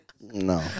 No